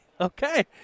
okay